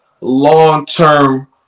long-term